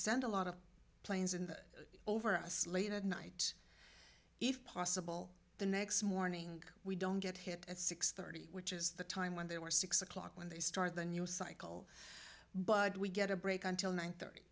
send a lot of planes in over us late at night if possible the next morning we don't get hit at six thirty which is the time when they were six o'clock when they start the news cycle but we get a break until nine thirty